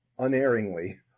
unerringly